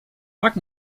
tak